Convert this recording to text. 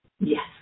Yes